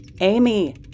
Amy